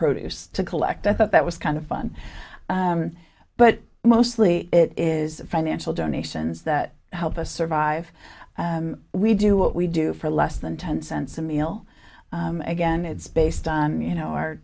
to collect i thought that was kind of fun but mostly it is financial donations that help us survive we do what we do for less than ten cents a meal again it's based on you know our